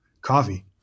Coffee